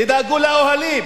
תדאגו לאוהלים,